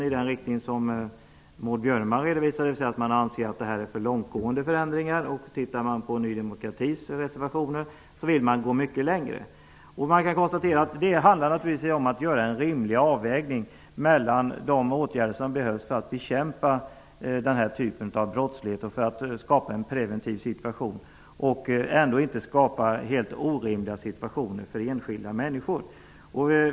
Maud Björnemalm redovisade att socialdemokraterna anser att det här är för långtgående förändringar. Enligt Ny demokratis reservationer vill man gå mycket längre. Det handlar naturligtvis om att göra en rimlig avvägning mellan de åtgärder som behövs för att bekämpa den här typen av brottslighet och för att få en preventiv verkan utan att skapa helt orimliga situationer för enskilda människor.